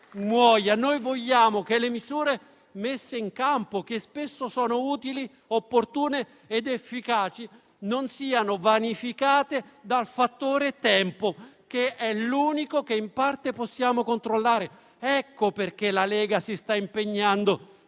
noi vogliamo che le misure messe in campo, che spesso sono utili, opportune ed efficaci, non siano vanificate dal fattore tempo, che è l'unico che in parte possiamo controllare. Ecco perché la Lega si sta impegnando,